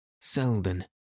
Selden